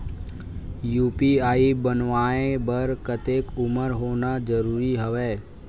UPI बनवाय बर कतेक उमर होना जरूरी हवय?